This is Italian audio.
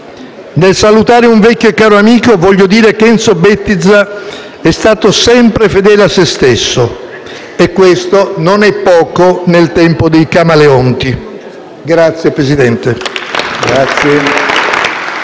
nel salutare un vecchio e caro amico, voglio dire che Enzo Bettiza è stato sempre fedele a se stesso e questo non è poco nel tempo dei camaleonti.